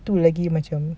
itu lagi macam